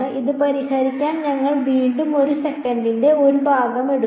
ഇത് പരിഹരിക്കാൻ ഞങ്ങൾ വീണ്ടും ഒരു സെക്കൻഡിന്റെ ഒരു ഭാഗം എടുക്കും